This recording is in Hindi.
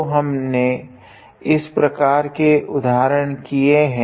तो हमने इस प्रकार के उदाहरण किये है